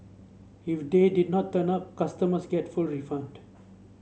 if they did not turn up customers get full refund